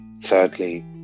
thirdly